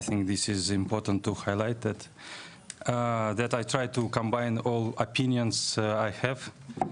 אז בדיוק סיימתי את העבודה ברוסיה ואני מחליף לחיים חדשים בישראל